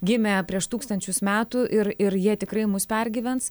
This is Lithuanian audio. gimė prieš tūkstančius metų ir ir jie tikrai mus pergyvens